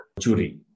jury